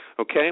Okay